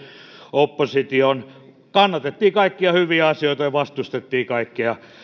opposition kannatettiin kaikkia hyviä asioita ja vastustettiin kaikkia